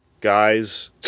guys